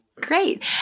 Great